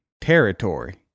Territory